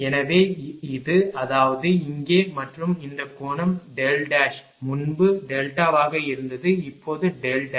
எனவே இது அதாவது இங்கே மற்றும் இந்த கோணம் δ முன்பு டெல்டாவாக இருந்தது இப்போது δ